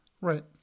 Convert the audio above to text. Right